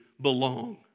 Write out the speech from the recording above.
belong